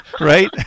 right